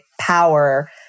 power